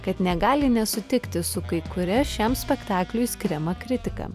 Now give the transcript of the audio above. kad negali nesutikti su kai kuria šiam spektakliui skiriama kritika